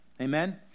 Amen